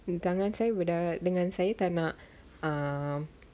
tangan saya berdarah dengan saya tak nak um